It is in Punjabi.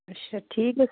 ਅੱਛਾ ਠੀਕ ਹੈ